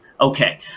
Okay